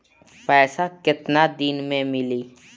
पैसा केतना दिन में मिली?